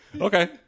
okay